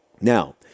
Now